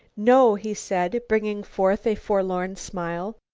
no, he said, bringing forth a forlorn smile,